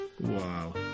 Wow